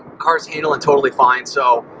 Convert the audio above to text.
car's handling totally fine, so